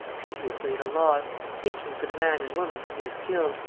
piteously at a loss, seeking for the man and woman whom he has killed,